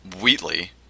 Wheatley